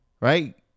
right